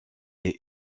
est